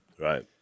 Right